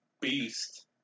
beast